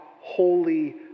holy